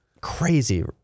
crazy